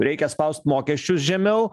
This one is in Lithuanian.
reikia spaust mokesčius žemiau